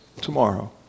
Tomorrow